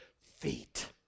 feet